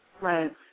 Right